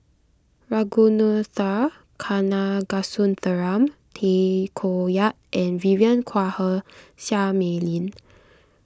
Ragunathar Kanagasuntheram Tay Koh Yat and Vivien Quahe Seah Mei Lin